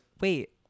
wait